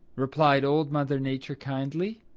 replied old mother nature kindly.